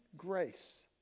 grace